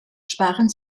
sparen